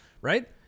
right